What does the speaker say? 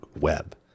web